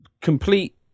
complete